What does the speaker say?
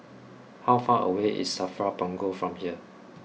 how far away is Safra Punggol from here